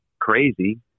crazy